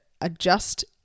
adjust